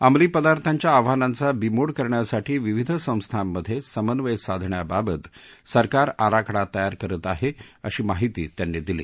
अंमली पदार्थांच्या आव्हानांचा बीमोड करण्यासाठी विविध संस्थांमधे समन्वय साधण्याबाबत सरकार आराखडा तयार करत आहे अशी माहिती त्यांनी दिली